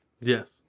yes